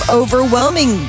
overwhelming